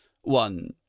one